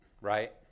right